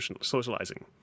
socializing